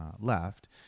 left